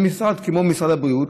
במשרד כמו משרד הבריאות,